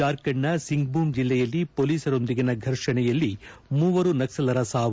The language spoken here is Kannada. ಜಾರ್ಖಂಡ್ನ ಸಿಂಗಭೂಮ್ ಜಿಲ್ಲೆಯಲ್ಲಿ ಪೊಲೀಸರೊಂದಿಗಿನ ಫರ್ಷಣೆಯಲ್ಲಿ ಮೂವರು ನಕ್ಕಲರ ಸಾವು